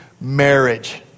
marriage